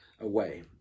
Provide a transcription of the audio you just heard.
away